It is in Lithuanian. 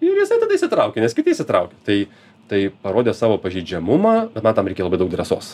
ir jisai tada įsitraukė nes kiti įsitraukė tai tai parodė savo pažeidžiamumą na tam reikia labai daug drąsos